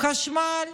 חשמל,